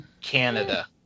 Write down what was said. Canada